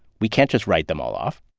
we can't just write them all off